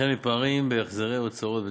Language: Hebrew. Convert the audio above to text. וכן מפערים בהחזרי הוצאות בתפקיד.